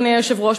אדוני היושב-ראש,